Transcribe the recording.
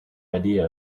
idea